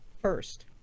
first